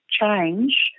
change